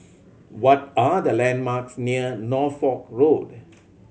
what are the landmarks near Norfolk Road